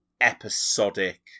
episodic